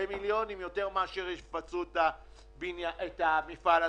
במיליונים יותר מאשר יפצו את המפעל עצמו.